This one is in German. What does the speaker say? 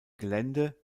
gelände